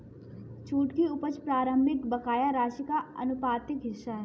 छूट की उपज प्रारंभिक बकाया राशि का आनुपातिक हिस्सा है